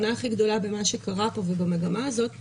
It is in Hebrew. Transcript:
הסכנה הכי גדולה במה שקרה פה ובמגמה הזאת היא